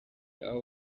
aho